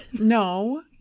No